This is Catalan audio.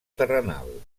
terrenal